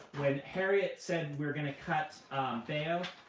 when harriet said we were going to cut bao,